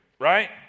Right